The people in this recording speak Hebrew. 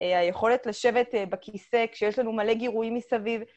היכולת לשבת בכיסא כשיש לנו מלא גירוי מסביב.